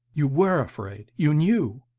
you were afraid? you knew?